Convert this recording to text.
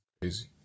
Crazy